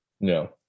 No